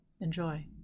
Enjoy